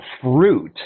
fruit